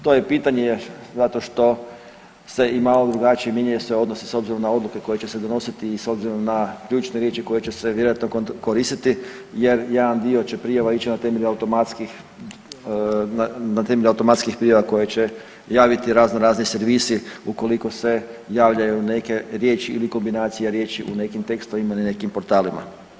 To je pitanje zato što se i malo drugačije, mijenjaju se odnosi s obzirom na odluke koje će se donositi i s obzirom na ključne riječi koje će se vjerojatno koristiti jer jedan dio će prijava ići na temelju automatskih, na temelju automatskih prijava koje će javiti razno razni servisi ukoliko se javljaju neke riječi ili kombinacija riječi u nekim tekstovima ili nekim portalima.